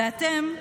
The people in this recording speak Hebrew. ואתם,